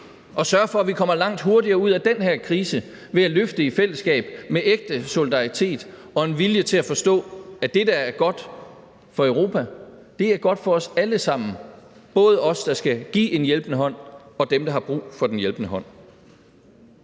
og sørge for, at vi kommer langt hurtigere ud af den her krise ved at løfte i fællesskab med ægte solidaritet og en vilje til at forstå, at det, der er godt for Europa, er godt for os alle sammen, både os, der skal give en hjælpende hånd, og dem, der har brug for den hjælpende hånd.